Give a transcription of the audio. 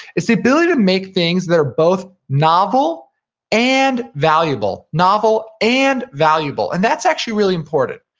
is the ability to make things that are both novel and valuable. novel and valuable and that's actually really important,